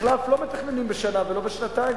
מחלף לא מתכננים בשנה ולא בשנתיים,